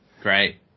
Great